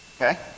Okay